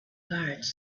guards